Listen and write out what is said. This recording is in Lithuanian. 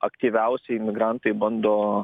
aktyviausiai imigrantai bando